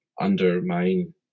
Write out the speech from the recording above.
undermine